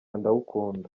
ndawukunda